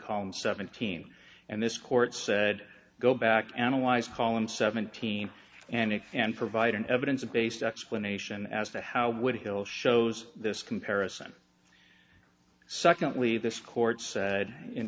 calm seventeen and this court said go back analyze call and seventeen and if and provide an evidence based explanation as to how would hill shows this comparison secondly this court said in